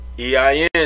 EIN